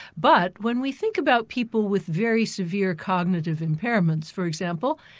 but when we think about people with very severe cognitive impairments for example,